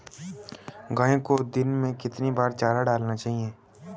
गाय को दिन में कितनी बार चारा डालना चाहिए?